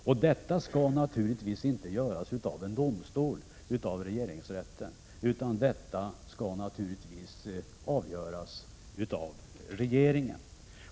Sådana frågor skall naturligtvis inte avgöras av en domstol, av regeringsrätten, utan av regeringen.